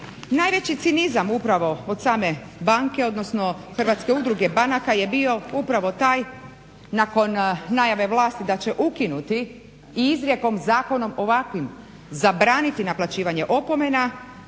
Najveći cinizam upravo od same banke, odnosno Hrvatske udruge banaka je bio upravo taj nakon najave vlasti da će ukinuti i izrijekom, zakonom ovakvim zabraniti naplaćivanje opomena